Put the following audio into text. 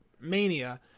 mania